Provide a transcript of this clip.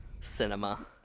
Cinema